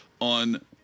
on